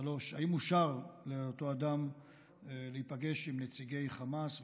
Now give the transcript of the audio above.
3. האם אושר לאותו אדם להיפגש עם נציגי חמאס,